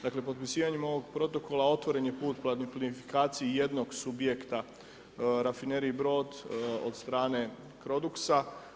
Dakle, potpisivanje ovog protokola otvoren je put plinofikaciji jednog subjekta rafinerije Brod od strane Croduxa.